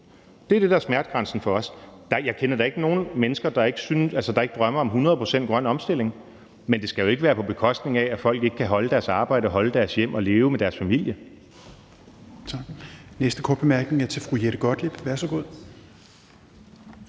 der er smertegrænsen for os. Jeg kender da ikke nogen mennesker, der ikke drømmer om 100 pct.s grøn omstilling – men det skal jo ikke være på bekostning af folk, som så ikke kan beholde deres arbejde, beholde deres hjem og leve med deres familie.